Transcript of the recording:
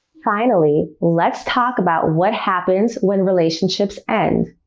finally, let's talk about what happens when relationships end.